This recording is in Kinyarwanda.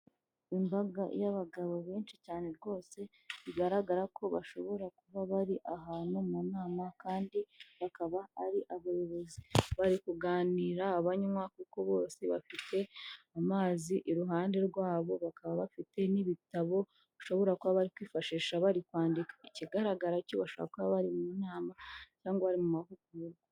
Imbaga y'abagabo benshi cyane rwose bigaragara ko bashobora kuba bari ahantu mu nama kandi bakaba ari abayobozi bari kuganira banywa kuko bose bafite amazi iruhande rwabo, bakaba bafite n'ibitabo bishobora kuba bari kwifashisha bari kwandika, ikigaragara icyo bashobora kuba bari mu nama cyangwa bari mu mahugurwa.